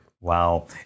Wow